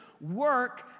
work